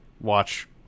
watch